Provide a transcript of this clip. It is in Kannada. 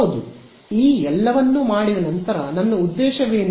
ಹೌದು ಈ ಎಲ್ಲವನ್ನೂ ಮಾಡಿದ ನಂತರ ನನ್ನ ಉದ್ದೇಶವೇನು